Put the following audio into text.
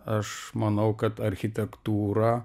aš manau kad architektūra